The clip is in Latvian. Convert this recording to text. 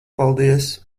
paldies